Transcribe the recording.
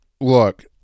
look